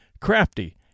crafty